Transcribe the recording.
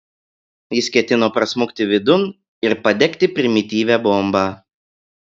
jis ketino prasmukti vidun ir padegti primityvią bombą